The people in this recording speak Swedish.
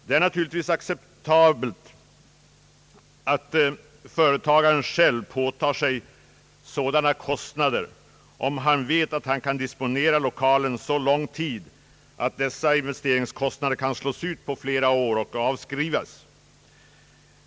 Det är naturligtvis acceptabelt att företagaren själv påtar sig sådana investeringskostnader om han vet att han kan disponera lokalen så lång tid att dessa kan slås ut på flera år och avskrivas.